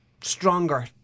stronger